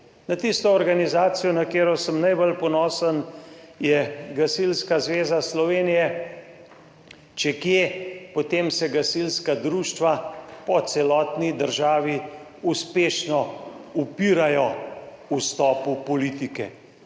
Na tisto organizacijo, na katero sem najbolj ponosen, je Gasilska zveza Slovenije, če kje, potem se gasilska društva po celotni državi uspešno upirajo vstopu politike,